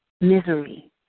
misery